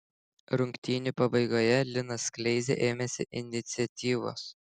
rungtynių pabaigoje linas kleiza ėmėsi iniciatyvos